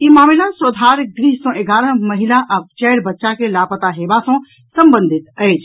ई मामिला स्वधार गृह से एगारह महिला आ चारि बच्चा के लापता हेबा सॅ संबंधित अछि